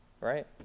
right